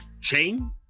chain